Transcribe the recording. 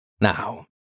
Now